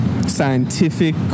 scientific